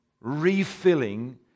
refilling